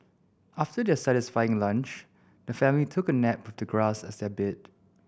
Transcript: after their satisfying lunch the family took a nap with the grass as their bed